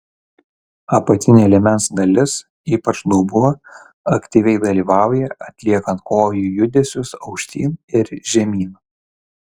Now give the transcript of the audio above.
apatinė liemens dalis ypač dubuo aktyviai dalyvauja atliekant kojų judesius aukštyn ir žemyn